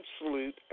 absolute